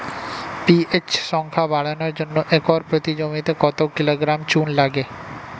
PH সংখ্যা বাড়ানোর জন্য একর প্রতি জমিতে কত কিলোগ্রাম চুন লাগে?